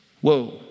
Whoa